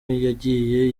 yagiye